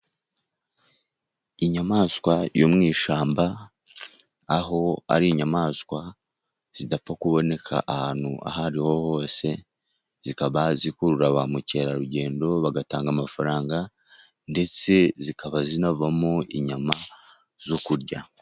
Inyamaswa yo mu ishyamba, aho ari inyamaswa zidapfa kuboneka ahantu ahariho hose. Zikaba zikurura ba mukerarugendo bagatanga amafaranga, ndetse zikaba zinavamo inyama zo kurya.